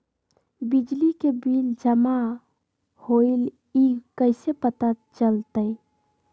बिजली के बिल जमा होईल ई कैसे पता चलतै?